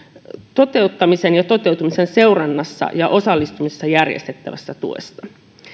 toteuttamisen ja toteutumisen seurannassa ja osallistumisessa järjestettävästä tuesta